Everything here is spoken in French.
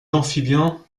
amphibiens